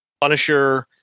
Punisher